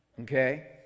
okay